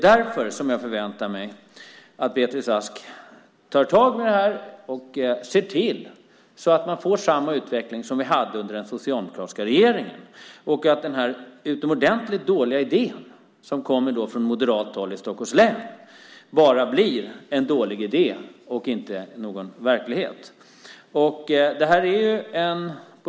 Därför förväntar jag mig att Beatrice Ask tar tag i detta och ser till att man får samma utveckling som vi hade under den socialdemokratiska regeringen och att den utomordentligt dåliga idé som kommer från moderat håll i Stockholms län bara blir en dålig idé och inte verklighet.